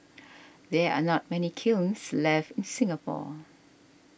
there are not many kilns left in Singapore